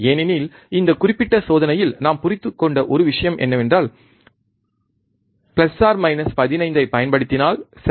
ஏனெனில் இந்த குறிப்பிட்ட சோதனையில் நாம் புரிந்து கொண்ட ஒரு விஷயம் என்னவென்றால் 15 ஐப் பயன்படுத்தினால் சரி